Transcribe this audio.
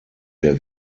der